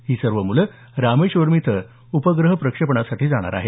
ही सर्व मुलं रामेश्वरम इथं उपग्रह प्रक्षेपणासाठी जाणार आहेत